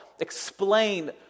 explain